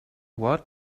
what